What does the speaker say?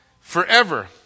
forever